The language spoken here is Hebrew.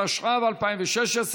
התשע"ו 2016,